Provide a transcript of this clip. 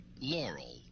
Laurel